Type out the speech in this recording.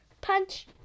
Punch